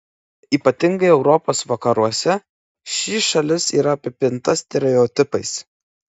ypatingai europos vakaruose ši šalis yra apipinta stereotipais